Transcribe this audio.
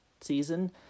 season